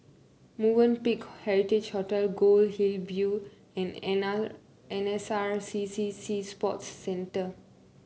Movenpick Heritage Hotel Goldhill View